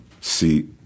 see